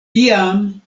tiam